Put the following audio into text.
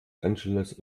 angeles